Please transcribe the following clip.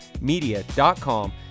media.com